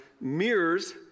mirrors